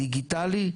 דיגיטלי,